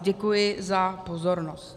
Děkuji za pozornost.